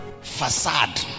Facade